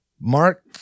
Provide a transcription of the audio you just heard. Mark